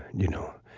you know,